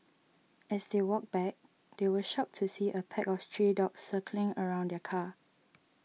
as they walked back they were shocked to see a pack of stray dogs circling around their car